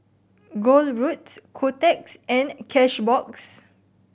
Gold Roast Kotex and Cashbox